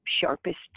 sharpest